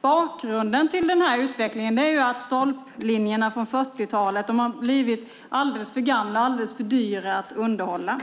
Bakgrunden till denna utveckling är att stolplinjerna från 1940-talet har blivit alldeles för gamla och alldeles för dyra att underhålla.